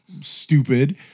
Stupid